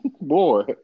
boy